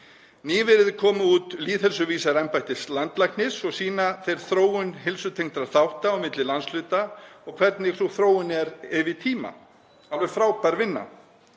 Nýverið komu út lýðheilsuvísar embættis landlæknis og sýna þeir þróun heilsutengdra þátta milli landshluta og hvernig sú þróun er yfir tíma, alveg frábær vinna.